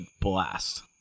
blast